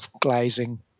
glazing